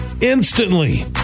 instantly